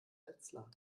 wetzlar